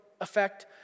effect